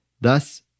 Thus